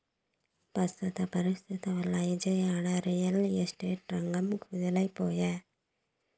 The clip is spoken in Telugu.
పెస్తుత పరిస్తితుల్ల ఇజయవాడ, రియల్ ఎస్టేట్ రంగం కుదేలై పాయె